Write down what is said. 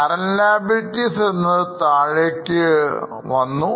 current liabilities എന്നതു താഴേക്ക് വന്നു